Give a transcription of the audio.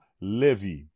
Levi